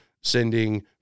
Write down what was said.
sending